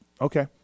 okay